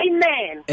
Amen